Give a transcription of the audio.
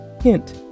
Hint